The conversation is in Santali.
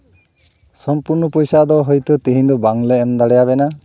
ᱥᱚᱢᱯᱩᱨᱱᱚ ᱯᱚᱭᱥᱟ ᱫᱚ ᱦᱳᱭᱛᱳ ᱛᱮᱦᱮᱧ ᱫᱚ ᱵᱟᱝᱞᱮ ᱮᱢ ᱫᱟᱲᱮᱭᱟᱵᱮᱱᱟ